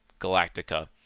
Galactica